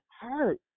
hurt